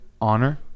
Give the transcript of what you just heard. honor